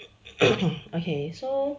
okay so